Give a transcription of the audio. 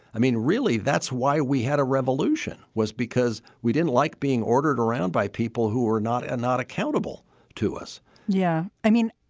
i mean, really, that's why we had a revolution was because we didn't like being ordered around by people who were not and not accountable to us yeah, i mean,